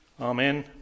Amen